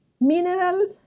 mineral